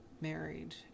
married